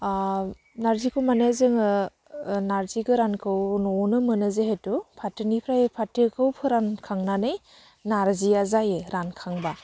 नारजिखौ मानि जोङो नारजि गोरानखौ न'आवनो मोनो जिहेथु फाथोनिफ्राय फाथोखौ फोरानखांनानै नारजिया जायो रानखांबा